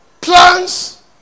plans